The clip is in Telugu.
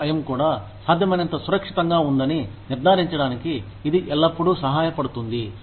కార్యాలయం కూడా సాధ్యమైనంత సురక్షితంగా ఉందని నిర్ధారించడానికి ఇది ఎల్లప్పుడూ సహాయపడుతుంది